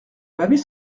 m’avait